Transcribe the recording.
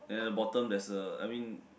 then the bottom there's a I mean